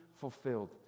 fulfilled